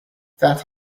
that